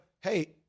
hey